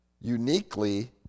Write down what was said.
uniquely